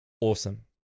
Awesome